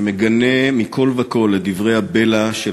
אני מגנה מכול וכול את דברי הבלע של